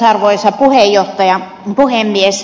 arvoisa puhemies